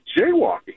jaywalking